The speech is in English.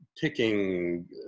picking